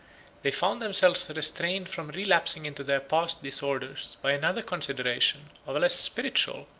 they found themselves restrained from relapsing into their past disorders by another consideration of a less spiritual,